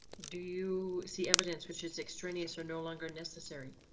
do you see evidence which is extraneous or no longer necessary?